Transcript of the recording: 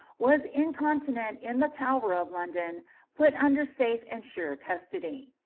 was incontinent in the tower of london put under safe and sure custody.